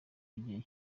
igihe